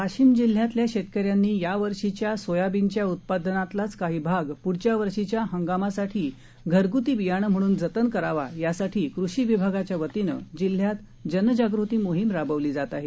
वाशीम जिल्ह्यातल्या शेतकऱ्यांनी यावर्षीच्या सोयाबिनच्या उत्पादनातलाच काही भाग प्ढच्या वर्षीच्या हंगामासाठी घरग्ती बियाणं म्हणून जतन करावा यासाठी कृषी विभागाच्यावतीनं जिल्ह्यात जनजागृती मोहीम राबवली जात आहे